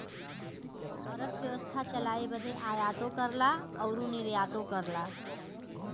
अरथबेवसथा चलाए बदे आयातो करला अउर निर्यातो करला